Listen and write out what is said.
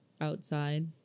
outside